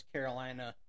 Carolina